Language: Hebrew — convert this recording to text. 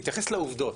להתייחס לעובדות,